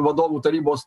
vadovų tarybos